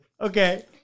Okay